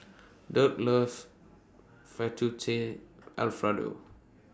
Dirk loves Fettuccine Alfredo